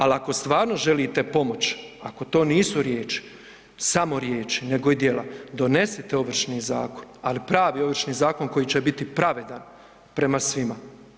Al ako stvarno želite pomoć, ako to nisu riječi, samo riječi nego i djela, donesite Ovršni zakon, ali pravi Ovršni zakon koji će biti pravedan prema svima.